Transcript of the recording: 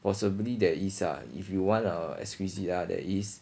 possibly there is ah if you want uh exquisite ah there is